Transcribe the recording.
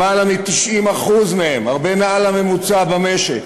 למעלה מ-90% מהם, הרבה מעל הממוצע במשק,